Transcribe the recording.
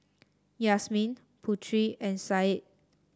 Yasmin Putri and Said